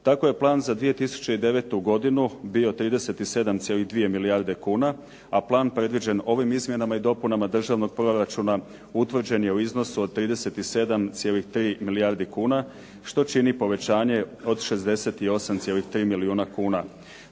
Tako je plan za 2009. godinu bio 37,2 milijarde kuna, a plan predviđen ovim izmjenama i dopunama državnog proračuna utvrđen je u iznosu od 37,3 milijarde kuna što čini povećanje od 68,3 milijuna kuna.